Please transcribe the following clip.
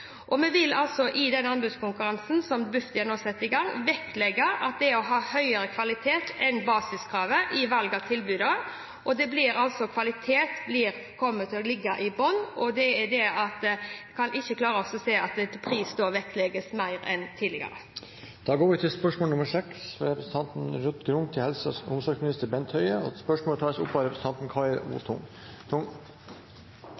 Vi vil i den anbudskonkurransen som Bufdir nå setter i gang, vektlegge det å ha høyere kvalitet enn basiskravet i valg av tilbud. Kvalitet kommer til å ligge i bunnen, og jeg kan ikke klare å se at pris da vektlegges mer enn tidligere. Dette spørsmålet, fra Ruth Grung til helse- og omsorgsministeren, vil bli tatt opp av representanten Karianne O. Tung. Jeg tillater meg å stille følgende spørsmål til helseministeren: «2015 er det internasjonale hjerneåret. Sykdom i hjernen rammer én av